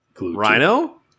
Rhino